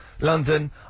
London